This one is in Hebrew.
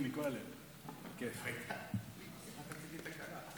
סעיפים 1 3 נתקבלו.